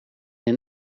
een